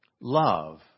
Love